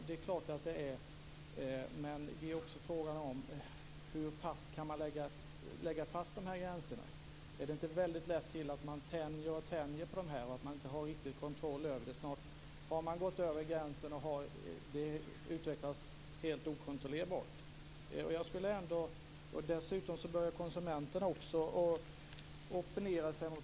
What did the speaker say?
Men det är också fråga om hur det går att sätta dessa gränser. Är det inte lätt att tänja på dem, så att det inte går att få kontroll över dem? Snart har man gått över gränsen, och utvecklingen blir okontrollerbar. Dessutom har konsumenterna börjat opponera sig.